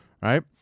Right